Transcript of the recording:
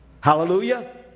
hallelujah